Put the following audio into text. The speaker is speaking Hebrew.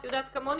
את יודעת כמוני,